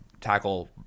tackle